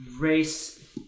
race